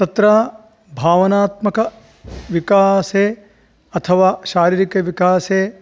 तत्र भावनात्मकविकासे अथवा शारीरिकविकासे